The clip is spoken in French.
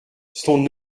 son